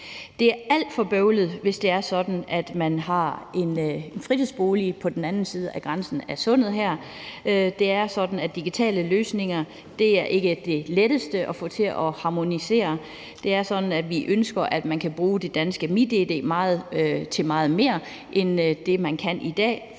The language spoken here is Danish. Det er alt for bøvlet, hvis man har en fritidsbolig på den anden side af Sundet. Det er sådan, at digitale løsninger ikke er det letteste at få til at harmonisere. Vi ønsker, at man kan bruge det danske MitID til meget mere end det, man kan i dag,